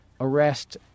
arrest